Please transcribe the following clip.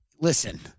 Listen